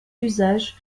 usages